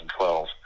2012